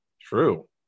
True